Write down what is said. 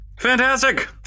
Fantastic